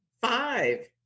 Five